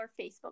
Facebook